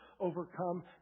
overcome